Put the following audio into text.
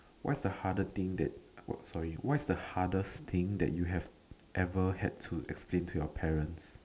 what's the harder thing that oh sorry what's the hardest thing that you have ever had to explain to your parents